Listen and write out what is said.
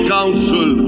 Council